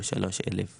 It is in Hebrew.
או 3,000 לדירה.